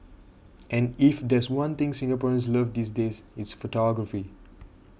and if there's one thing Singaporeans love these days it's photography